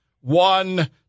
one